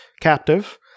captive